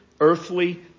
earthly